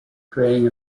creating